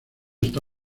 está